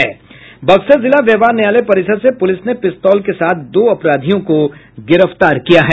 बक्सर जिला व्यवहार न्यायालय परिसर से पुलिस ने पिस्तौल के साथ दो अपरााधियों को गिरफ्तार किया है